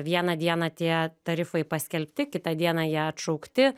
vieną dieną tie tarifai paskelbti kitą dieną jie atšaukti